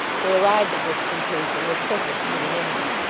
they arrived at this conclusion with perfect unanimity.